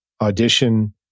Audition